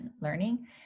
learning